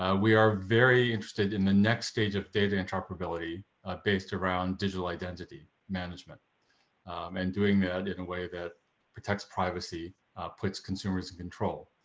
ah we are very interested in the next stage of data interoperability based around digital identity management and doing it in a way that protects privacy puts consumers control.